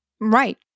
Right